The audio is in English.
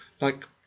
like